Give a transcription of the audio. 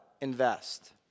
invest